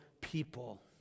people